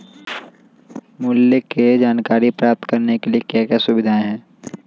मूल्य के जानकारी प्राप्त करने के लिए क्या क्या सुविधाएं है?